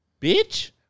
Bitch